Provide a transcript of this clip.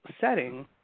setting